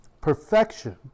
perfection